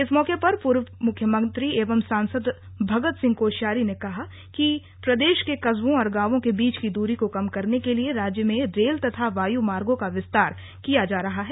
इस मौके पर पूर्व मुख्यमंत्री एंव सांसद भगत सिह कोश्यारी ने कहा कि प्रदेश के कस्बों और गांवों के बीच की दूरी को कम करने के लिए राज्य में रेल तथा वायु मार्गों का विस्तार किया जा रहा है